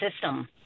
system